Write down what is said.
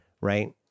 right